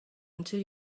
until